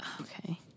okay